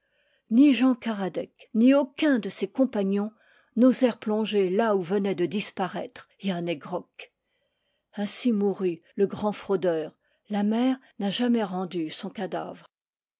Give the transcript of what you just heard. ni jean karadec ni aucun de ses compagnons n'osèrent plonger là où venait de disparaître yann he grok ainsi mourut le grand fraudeur la mer n'a jamais rendu son cadavre